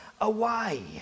away